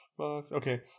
Okay